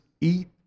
eat